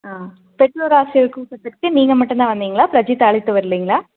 ஆ பெற்றோர் ஆசிரியர் கூட்டத்துக்கு நீங்கள் மட்டும்தான் வந்தீர்களா பிரஜித்தை அழைத்து வரலீங்களா